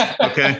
Okay